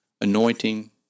anointing